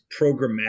programmatic